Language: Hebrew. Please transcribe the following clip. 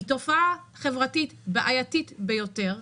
היא תופעה חברתית בעייתית ביותר.